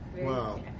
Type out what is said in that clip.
Wow